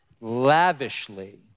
lavishly